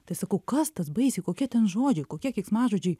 tai sakau kas tas baisiai kokie ten žodžiai kokie keiksmažodžiai